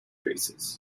bases